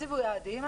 תציבו יעדים,